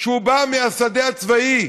שבא מהשדה הצבאי,